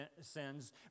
sins